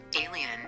Alien